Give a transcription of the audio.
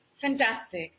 Fantastic